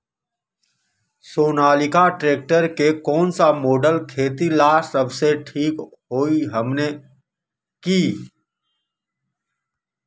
Sonalika tractor के कौन model खेती ला सबसे ठीक होई हमने की?